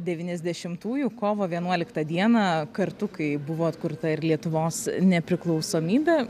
devyniasdešimtųjų kovo vienuoliktą dieną kartu kai buvo atkurta ir lietuvos nepriklausomybė